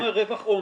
אתה אומר רווח הון.